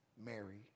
Mary